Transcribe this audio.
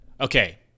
Okay